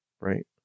right